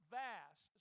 vast